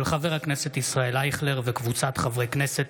של חבר הכנסת ישראל אייכלר וקבוצת חברי הכנסת.